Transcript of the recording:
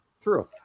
True